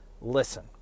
Listen